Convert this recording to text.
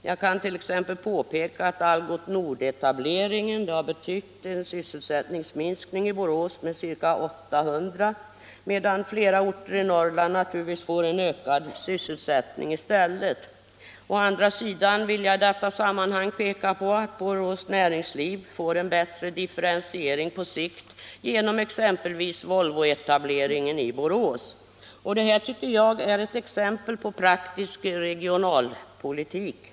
Jag kan t.ex. påpeka att Algots Nord-etableringen har betytt en sysselsättningsminskning i Borås med ca 800, medan flera orter i Norrland naturligtvis får ökad sysselsättning i stället. Å andra sidan vill jag i detta sammanhang peka på att Borås näringsliv får en bättre differentiering på sikt genom exempelvis Volvoetableringen i Borås. Detta, tycker jag, är ett exempel på praktisk regionalpolitik.